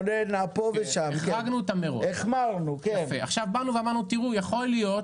באנו ואמרנו שיכול להיות